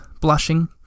blushing